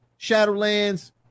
Shadowlands